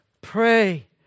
pray